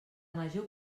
major